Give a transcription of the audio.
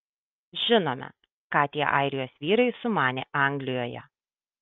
žinome ką tie airijos vyrai sumanė anglijoje